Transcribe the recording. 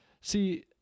See